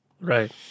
right